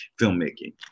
filmmaking